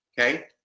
Okay